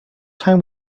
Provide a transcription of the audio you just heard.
time